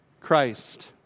Christ